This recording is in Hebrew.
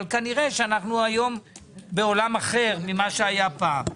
אבל כנראה שאנחנו היום בעולם אחר ממה שהיה פעם.